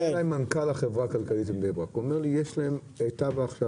מנכ"ל החברה הכלכלית בבני ברק אומר לי שיש להם תב"ע עכשיו